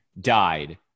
died